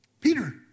Peter